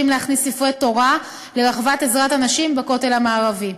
להכניס ספרי תורה לרחבת עזרת הנשים בכותל המערבי,